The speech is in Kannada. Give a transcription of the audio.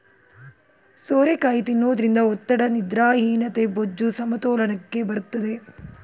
ಸೋರೆಕಾಯಿ ತಿನ್ನೋದ್ರಿಂದ ಒತ್ತಡ, ನಿದ್ರಾಹೀನತೆ, ಬೊಜ್ಜು, ಸಮತೋಲನಕ್ಕೆ ಬರುತ್ತದೆ